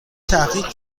تحقیق